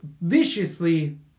viciously